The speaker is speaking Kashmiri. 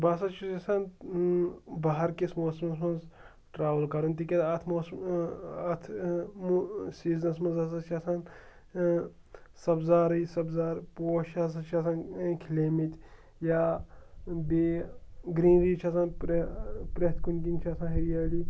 بہٕ ہَسا چھُس یَژھان بَہار کِس موسمَس منٛز ٹرٛاوٕل کَرُن تِکیٛازِ اَتھ موسم اَتھ سیٖزنَس منٛز ہَسا چھِ آسان سَبزارٕے سَبزار پوش چھِ ہَسا چھِ آسان کھِلے مٕتۍ یا بیٚیہِ گرٛیٖنری چھِ آسان پٮ۪ر پرٛٮ۪تھ کُنہِ دِنۍ چھِ آسان ہریٲلی